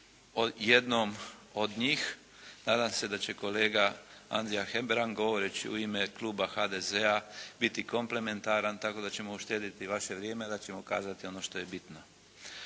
jednom od njih. Nadam se da će kolega Andrija Hebrang govoreći u ime Kluba HDZ-a biti komplementaran tako da ćemo uštedjeti vaše vrijeme, da ćemo kazati ono što je bitno.